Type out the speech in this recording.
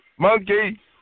Monkey